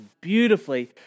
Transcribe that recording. beautifully